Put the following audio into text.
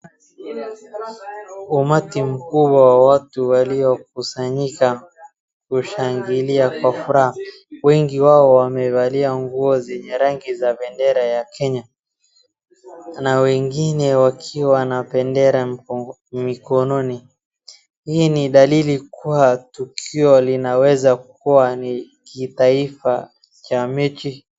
Umati mkubwa wa watu waliokusanyika kushangilia kwa furaha. Wengi wao wamevalia nguo zenye rangi za bendera ya Kenya na wengine wakiwa na bendera mikonononi. Hii ni dalili kuwa tukio linaweza kuwa ni kitaifa cha mechi.